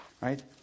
right